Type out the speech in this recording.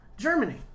Germany